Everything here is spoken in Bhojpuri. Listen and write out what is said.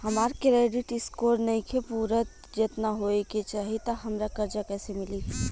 हमार क्रेडिट स्कोर नईखे पूरत जेतना होए के चाही त हमरा कर्जा कैसे मिली?